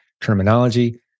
terminology